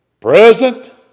present